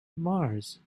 mars